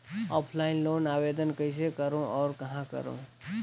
Offline loan आवेदन कइसे करो और कहाँ करो?